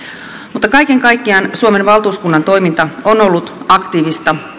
mutta kaiken kaikkiaan suomen valtuuskunnan toiminta on ollut aktiivista